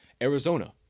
Arizona